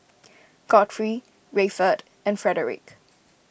Godfrey Rayford and Frederick